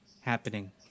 happening